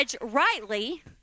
rightly